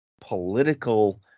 political